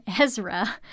Ezra